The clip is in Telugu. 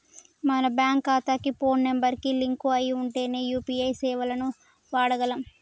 మన బ్యేంకు ఖాతాకి పోను నెంబర్ కి లింక్ అయ్యి ఉంటేనే యూ.పీ.ఐ సేవలను వాడగలం